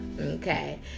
okay